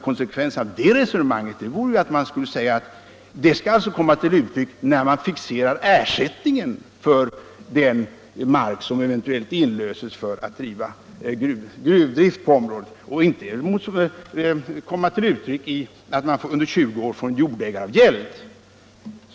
Konsekvensen av det resonemanget borde ju komma till uttryck när ersättningen skall fixeras för den mark som eventuellt inlöses för gruvdrift på området och inte i att man under 20 år får en jordägaravgäld.